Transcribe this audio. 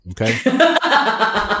Okay